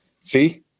See